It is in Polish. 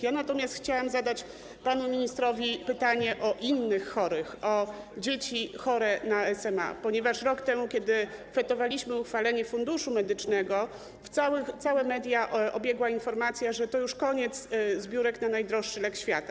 Ja natomiast chciałam zadać panu ministrowi pytanie o innych chorych, o dzieci chore na SMA, ponieważ rok temu, kiedy fetowaliśmy uchwalenie Funduszu Medycznego, media obiegła informacja, że to już koniec zbiórek na najdroższy lek świata.